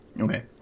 Okay